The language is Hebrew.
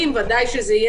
עוד דבר שכדאי אולי